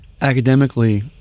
academically